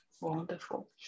wonderful